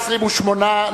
28,